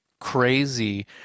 crazy